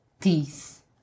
Peace